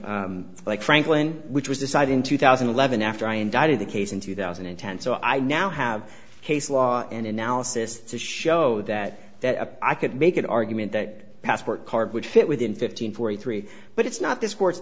like franklin which was decided in two thousand and eleven after i indicted the case in two thousand and ten so i now have case law and analysis to show that that a i could make an argument that passport card would fit within fifteen forty three but it's not